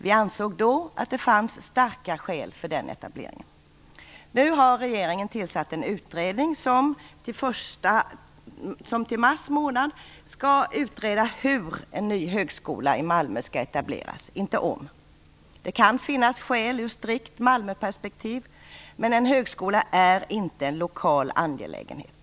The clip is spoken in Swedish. Vi ansåg då att det fanns starka skäl för den etableringen. Nu har regeringen tillsatt en utredning som till mars månad skall utreda hur en ny högskola i Malmö skall etableras, inte om. Det kan finnas skäl ur strikt Malmöperspektiv. Men en högskola är inte en lokal angelägenhet.